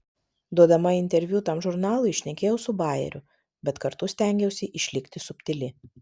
duodama interviu tam žurnalui šnekėjau su bajeriu bet kartu stengiausi išlikti subtili